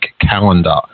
calendar